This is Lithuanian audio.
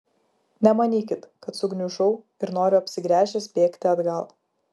nemanykit kad sugniužau ir noriu apsigręžęs bėgti atgal